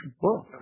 book